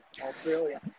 Australia